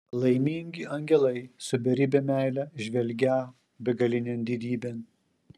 laimingi angelai su beribe meile žvelgią begalinėn didybėn